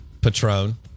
Patron